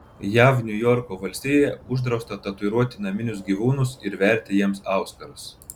jav niujorko valstijoje uždrausta tatuiruoti naminius gyvūnus ir verti jiems auskarus